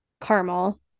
caramel